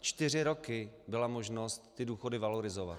Čtyři roky byla možnost ty důchody valorizovat.